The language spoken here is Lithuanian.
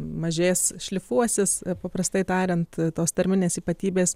mažės šlifuosis paprastai tariant tos tarminės ypatybės